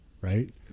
right